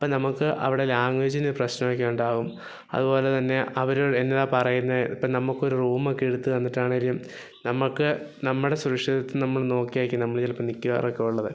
അപ്പോള് നമുക്ക് അവിടെ ലാംഗ്വേജിന് പ്രശ്നം ഒക്കെ ഉണ്ടാവും അതുപോലെ തന്നെ അവര് എന്നതാ പറയുന്നേ ഇപ്പോള് നമ്മള്ക്കൊരു റൂമൊക്കെ എടുത്ത് തന്നിട്ടാണേലും നമ്മള്ക്ക് നമ്മളുടെ സുരക്ഷിതത്വം നമ്മള് നോക്കിയായിരിക്കും നമ്മള് ചിലപ്പോള് നില്ക്കാറൊക്കെ ഉള്ളത്